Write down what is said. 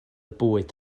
bwyd